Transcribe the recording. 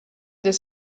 des